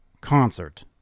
concert